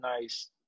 nice